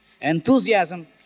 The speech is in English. enthusiasm